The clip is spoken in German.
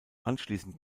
anschließend